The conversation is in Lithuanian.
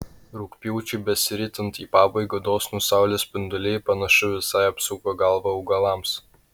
rugpjūčiui besiritant į pabaigą dosnūs saulės spinduliai panašu visai apsuko galvą augalams